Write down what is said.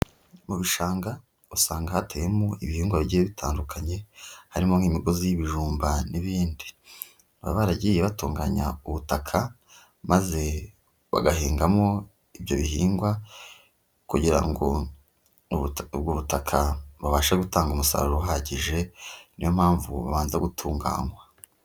Mu bishanga usanga hateyemo ibihingwa bigeye bitandukanye harimo nk'imigozi y'ibijumba n'ibindi, baba baragiye batunganya ubutaka maze bagahingamo ibyo bihingwa, kugira ngo ubwo butaka bubashe gutanga umusaruro uhagije niyo mpamvu bubanza gutunganywa.